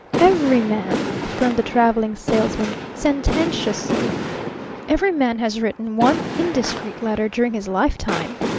every man, affirmed the traveling salesman sententiously every man has written one indiscreet letter during his lifetime!